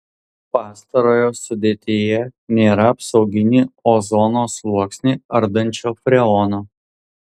pastarojo sudėtyje nėra apsauginį ozono sluoksnį ardančio freono